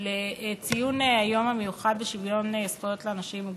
לציון היום המיוחד לשוויון זכויות לאנשים עם מוגבלות.